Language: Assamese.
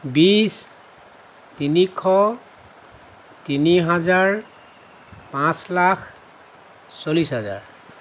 বিশ তিনিশ তিনি হাজাৰ পাঁচ লাখ চল্লিছ হাজাৰ